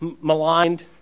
maligned